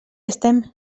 estem